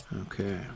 Okay